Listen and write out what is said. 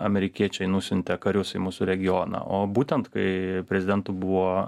amerikiečiai nusiuntė karius į mūsų regioną o būtent kai prezidentu buvo